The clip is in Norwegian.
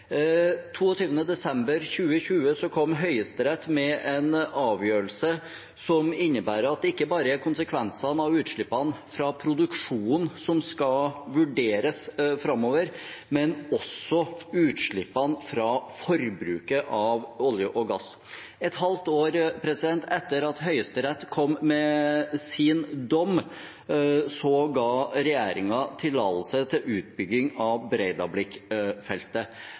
22. desember 2020 kom Høyesterett med en avgjørelse som innebærer at det ikke bare er konsekvensene av utslippene fra produksjonen som skal vurderes framover, men også utslippene fra forbruket av olje og gass. Et halvt år etter at Høyesterett kom med sin dom, ga regjeringen tillatelse til utbygging av